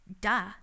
duh